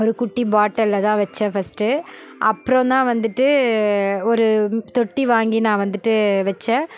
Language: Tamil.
ஒரு குட்டி பாட்டில்ல தான் வச்சேன் ஃபஸ்ட்டு அப்புறோம் தான் வந்துட்டு ஒரு தொட்டி வாங்கி நான் வந்துட்டு வச்சன்